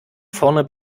vorne